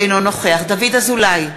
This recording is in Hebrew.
אינו נוכח דוד אזולאי,